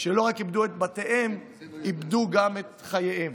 שלא רק איבדו את בתיהם, איבדו גם את חייהם.